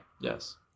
Yes